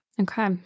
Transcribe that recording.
Okay